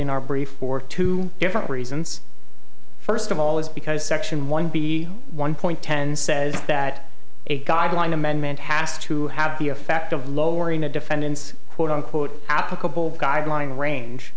in our brief for two different reasons first of all is because section one b one point ten says that a guideline amendment has to have the effect of lowering the defendant's quote unquote applicable guideline range